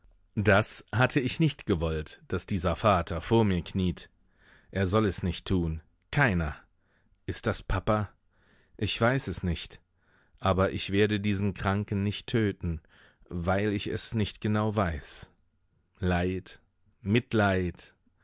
das hatte ich nicht gewollt daß dieser vater vor mir kniet er soll es nicht tun keiner ist das papa ich weiß es nicht aber ich werde diesen kranken nicht töten weil ich es nicht genau weiß leid mitleid